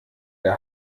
der